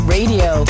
Radio